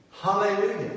Hallelujah